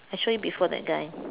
I show you before that guy